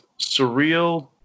surreal